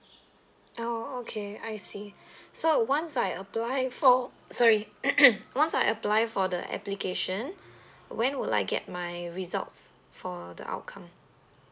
oh okay I see so once I apply for sorry once I apply for the application when will I get my results for the outcome